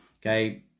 okay